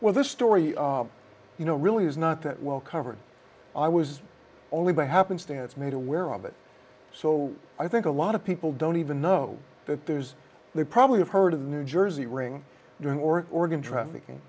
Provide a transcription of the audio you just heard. well this story you know really is not that well covered i was only by happenstance made aware of it so i think a lot of people don't even know that there's they probably have heard of the new jersey ring during or organ trafficking